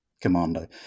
Commando